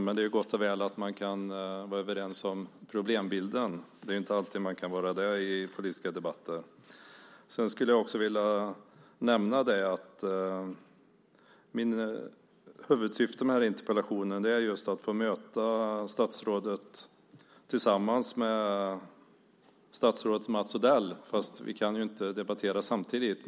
Men det är gott och väl att man kan vara överens om problembilden - det är inte alltid man kan vara det i politiska debatter. Jag skulle vilja nämna att mitt huvudsyfte med interpellationen är att få möta statsrådet tillsammans med statsrådet Mats Odell, fast vi kan ju inte debattera samtidigt.